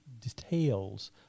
details